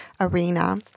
arena